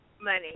money